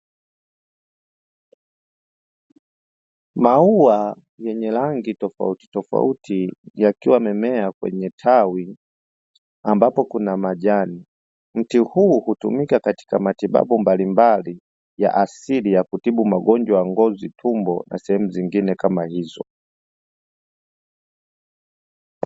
Maua yenye rangi tofautitofauti yakiwa yamemea kwenye tawi, ambapo kuna majani; mti huu hutumika katika matibabu mbalimbali ya asili ya kutibu magonjwa ya ngozi, tumbo, na sehemu zingine kama hizo.